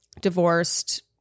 divorced